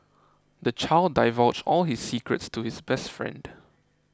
the child divulged all his secrets to his best friend